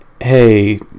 hey